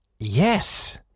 Yes